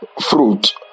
fruit